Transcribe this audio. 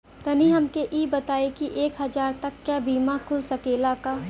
तनि हमके इ बताईं की एक हजार तक क बीमा खुल सकेला का?